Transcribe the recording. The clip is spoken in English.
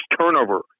turnover